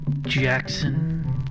Jackson